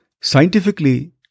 Scientifically